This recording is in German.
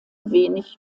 wenig